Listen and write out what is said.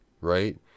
right